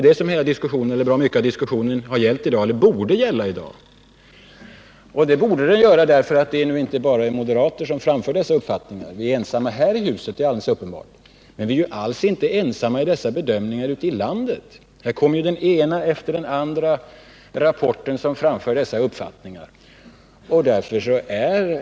Det är ju detta som mycket av diskussionen i dag har gällt, eller i varje fall borde gälla. Det borde den gälla även om moderaterna är ensamma här i huset om att framföra dessa uppfattningar — att så är fallet är alldeles uppenbart — för vi är alls inte ensamma om att göra dessa bedömningar ute i landet. Det framgår ju bl.a. av att det läggs fram den ena rapporten efter den andra där sådana uppfattningar framförs.